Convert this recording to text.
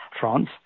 france